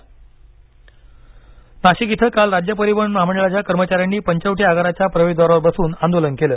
आंदोलन नाशिक इथं काल राज्य परिवहन महामंडळाच्या कर्मचाऱ्यांनी पंचवटी आगाराच्या प्रवेशद्वारावर बसन आंदोलन केलं